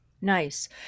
Nice